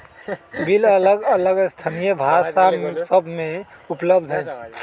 bill अलग अलग स्थानीय भाषा सभ में उपलब्ध हइ